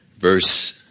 verse